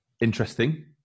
interesting